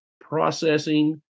processing